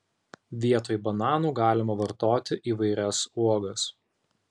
vietoj bananų galima vartoti įvairias uogas